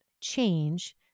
change